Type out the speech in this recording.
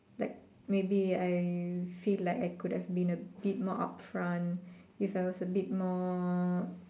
like maybe I see like I could have been a bit more upfront if I was a bit more